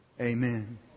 Amen